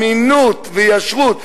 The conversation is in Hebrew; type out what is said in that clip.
אמינות וישרות.